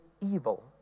evil